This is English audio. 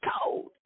cold